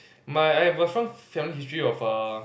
my I have a some family history of err